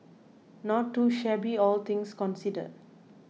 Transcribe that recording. not too shabby all things considered